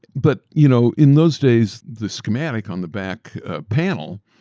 but you know in those days, the schematic on the back panel,